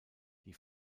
die